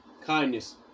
kindness